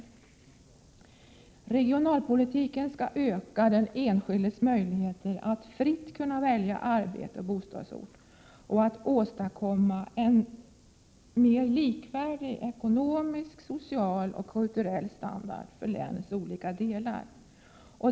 26 maj 1988 Regionalpolitiken skall öka den enskildes möjligheter att fritt kunna välja arbete och bostadsort och att åstadkomma en mer likvärdig ekonomisk, social och kulturell standard för länets olika delar.